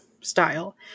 style